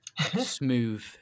smooth